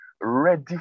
ready